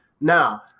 Now